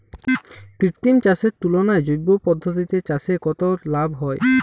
কৃত্রিম চাষের তুলনায় জৈব পদ্ধতিতে চাষে কত লাভ হয়?